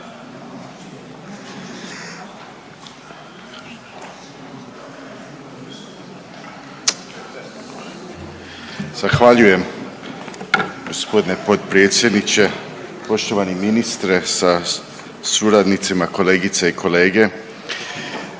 Zahvaljujem gospodine potpredsjedniče. Poštovani ministre sa suradnicima, kolegice i kolege,